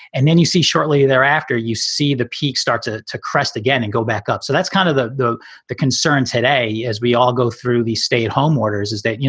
and then you see shortly thereafter, you see the peak starts ah to crest again and go back up. so that's kind of the the the concern today as we all go through these stay at home waters is that, you